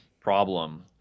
problem